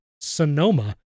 Sonoma